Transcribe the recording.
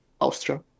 austria